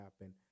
happen